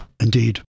Indeed